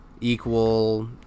equal